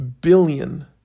billion